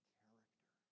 character